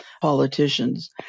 politicians